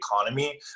economy